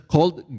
Called